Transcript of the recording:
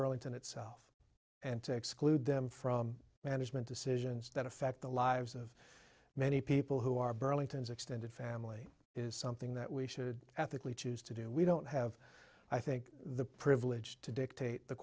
burlington itself and to exclude them from management decisions that affect the lives of many people who are burlington's extended family is something that we should ethically choose to do we don't have i think the privilege to dictate the